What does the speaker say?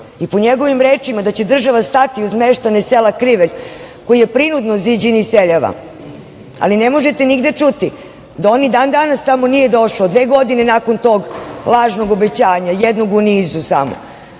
i po njegovim rečima da će država stati uz meštane sela Krivelj, koji je prinudno Ziđin iselio, ali ne možete nigde čuti da on ni dan danas tamo nije došao, dve godine nakon tog lažnog obećanja, jednog u nizu samo.